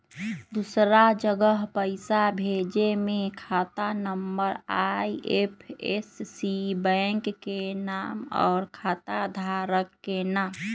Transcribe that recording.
दूसरा जगह पईसा भेजे में खाता नं, आई.एफ.एस.सी, बैंक के नाम, और खाता धारक के नाम?